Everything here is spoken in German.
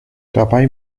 dabei